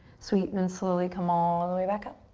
sweet, and then slowly come all the way back up.